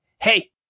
hey